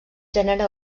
gènere